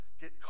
get